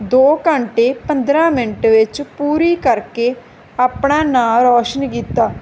ਦੋ ਘੰਟੇ ਪੰਦਰਾਂ ਮਿੰਟ ਵਿੱਚ ਪੂਰੀ ਕਰਕੇ ਆਪਣਾ ਨਾਂ ਰੌਸ਼ਨ ਕੀਤਾ